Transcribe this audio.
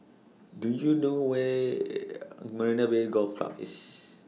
Do YOU know Where Marina Bay Golf